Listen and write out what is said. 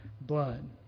blood